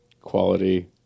quality